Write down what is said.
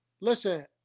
listen